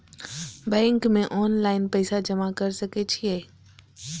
Bank में online पैसा जमा कर सके छीये?